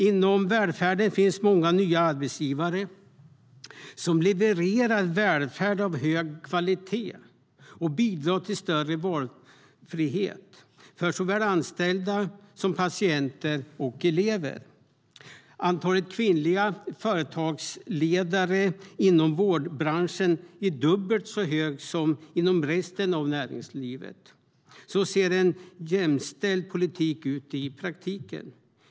Inom välfärden finns många nya arbetsgivare som levererar välfärd av hög kvalitet och bidrar till större valfrihet för såväl anställda som patienter och elever. Antalet kvinnliga företagsledare inom vårdbranschen är dubbelt så stort som i resten av näringslivet. Så ser en jämställd politik ut i praktiken.